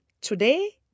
today